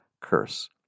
curse